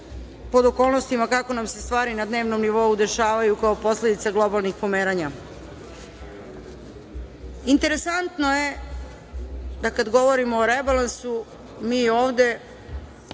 pod okolnostima kako nam se stvarni na dnevnom nivou dešavaju kao posledica globalnih pomeranja. Interesantno je da kada govorimo o rebalansu mi ovde,